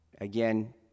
Again